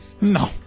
No